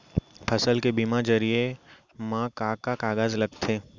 फसल के बीमा जरिए मा का का कागज लगथे?